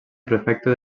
prefecte